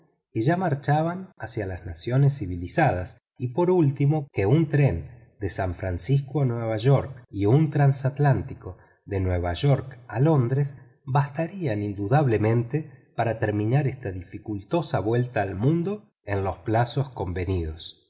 que ya marchaban hacia las naciones civilizadas y por último que un tren de san francisco a nueva york y un transatlántico de nueva york a londres bastarían indudablemente para terminar esa dificultosa vuelta al mundo en los plazos convenidos